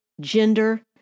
gender